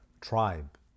tribe